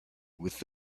with